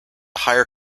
hire